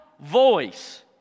voice